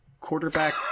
quarterback